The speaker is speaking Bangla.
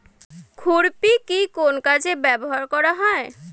খুরপি কি কোন কাজে ব্যবহার করা হয়?